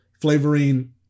flavoring